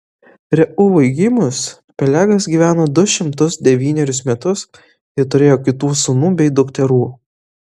reuvui gimus pelegas gyveno du šimtus devynerius metus ir turėjo kitų sūnų bei dukterų